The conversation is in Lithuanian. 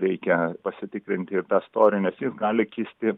reikia pasitikrinti ir tą storį nes jis gali kisti